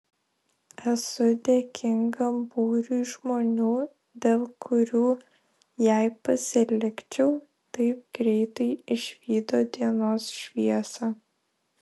esu dėkinga būriui žmonių dėl kurių jei pasilikčiau taip greitai išvydo dienos šviesą